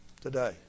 today